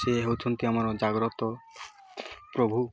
ସେ ହେଉଛନ୍ତି ଆମର ଜାଗ୍ରତ ପ୍ରଭୁ